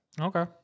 okay